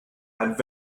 and